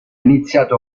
iniziato